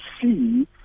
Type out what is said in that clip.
see